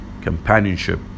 companionship